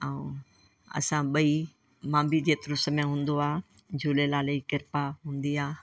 ऐं असां ॿई मां बि जेतिरो समय हूंदो आहे झूलेलाल जी किरपा हूंदी आहे